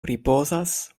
ripozas